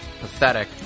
pathetic